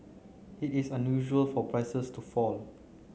it is unusual for prices to fall